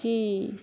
କି